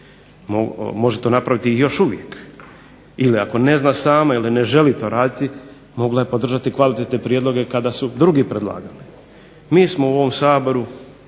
može to napraviti još uvijek ili ako ne zna sama ili ne želi to raditi mogla je podržati kvalitetne prijedloge kada su drugi predlagali. Mi smo u ovom Saboru